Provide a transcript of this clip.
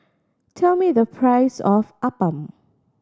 tell me the price of appam